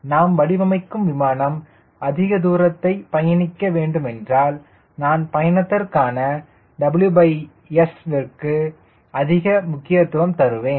நாம் வடிவமைக்கும் விமானம் அதிக தூரத்தை பயணிக்க வேண்டுமென்றால் நான் பயணத்திற்கான WS விற்கு அதிக முக்கியத்துவம் தருவேன்